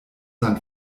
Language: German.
land